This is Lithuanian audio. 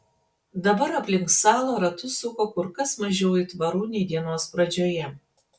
dabar aplink salą ratus suko kur kas mažiau aitvarų nei dienos pradžioje